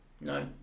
No